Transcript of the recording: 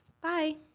bye